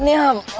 will